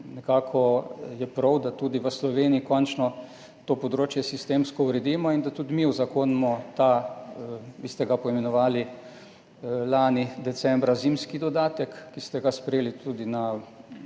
Nekako je prav, da tudi v Sloveniji končno to področje sistemsko uredimo in da tudi mi uzakonimo ta, vi ste ga lani decembra poimenovali zimski dodatek, ki ste ga sprejeli tudi na